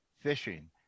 fishing